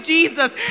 Jesus